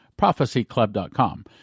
prophecyclub.com